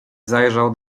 zajrzał